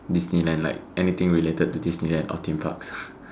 Disneyland like anything related to Disneyland or theme parks